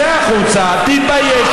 צא החוצה, תתבייש.